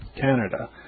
Canada